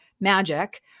magic